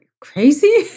crazy